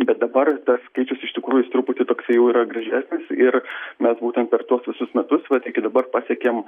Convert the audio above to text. bet dabar tas skaičius iš tikrųjų jis truputį toksai jau yra gražesnis ir mes būtent per tuos visus metus vat iki dabar pasiekėm